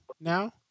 now